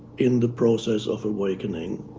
in the process of awakening,